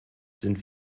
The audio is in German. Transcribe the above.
sind